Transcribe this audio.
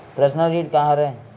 Personal ऋण का हरय?